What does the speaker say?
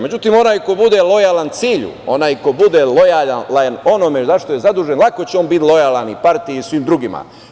Međutim, onaj ko bude lojalan cilju, onaj ko bude lojalan onome zašto je zadužen, lako će on biti lojalan i partiji i svim drugima.